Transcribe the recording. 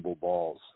balls